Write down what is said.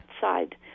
side